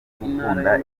gukunda